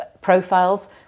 profiles